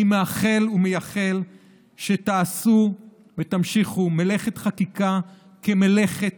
אני מאחל ומייחל שתעשו ותמשיכו במלאכת